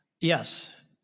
Yes